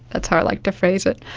that's how i like to phrase it.